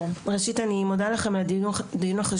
ראשית, אני מודה לכם על הדיון החשוב.